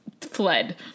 fled